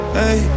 hey